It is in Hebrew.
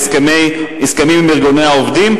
והסכמים עם ארגוני העובדים,